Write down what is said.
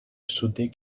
sauter